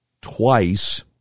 twice